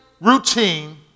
routine